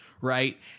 right